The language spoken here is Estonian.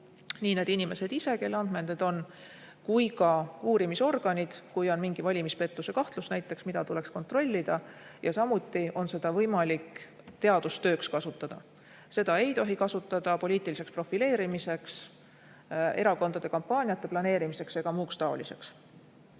need inimesed ise, kelle andmed need on, samuti uurimisorganid, kui on näiteks mingi valimispettuse kahtlus, mida tuleks kontrollida. Samuti on seda võimalik teadustööks kasutada. Seda ei tohi kasutada poliitiliseks profileerimiseks, erakondade kampaaniate planeerimiseks ega muuks taoliseks.